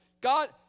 God